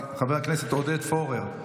חבר הכנסת עודד פורר,